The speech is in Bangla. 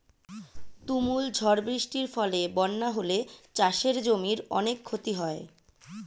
তুমুল ঝড় বৃষ্টির ফলে বন্যা হলে চাষের জমির অনেক ক্ষতি হয়